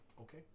okay